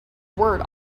word